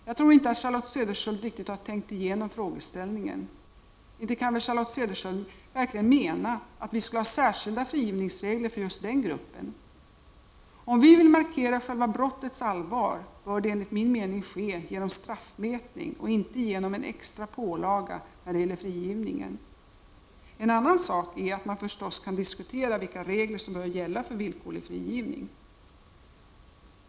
Jag tror inte att Charlotte Cederschiöld riktigt har tänkt igenom frågeställningen. Inte kan väl Charlotte Cederschiöld verkligen mena att vi skulle ha särskilda frigivningsregler för just den gruppen. Om vi vill markera själva brottets allvar, bör det enligt min mening ske genom straffmätning och inte genom en extra pålaga när det gäller frigivningen. En annan sak är att man förstås kan diskutera vilka regler som bör gälla för villkorlig frigivning.